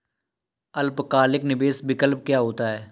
अल्पकालिक निवेश विकल्प क्या होता है?